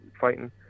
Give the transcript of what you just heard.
fighting